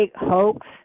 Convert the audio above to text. hoax